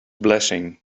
blessing